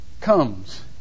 comes